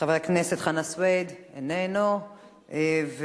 חבר הכנסת חנא סוייד, איננו פה.